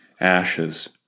ashes